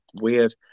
weird